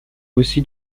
aussi